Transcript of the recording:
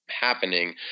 happening